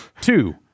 two